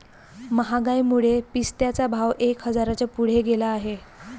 महागाईमुळे पिस्त्याचा भाव एक हजाराच्या पुढे गेला आहे